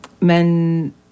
Men